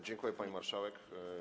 Dziękuję, pani marszałek.